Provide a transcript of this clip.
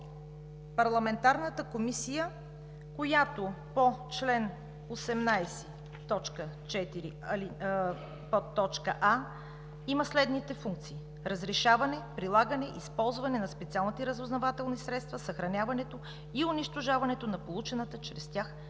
Парламентарната комисия, която по чл. 18, т. 4, подточка „а“ има следните функции: разрешаване, прилагане и използване на специални разузнавателни средства, съхраняването и унищожаването на получената чрез тях